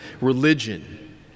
religion